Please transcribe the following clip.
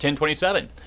10.27